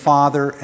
Father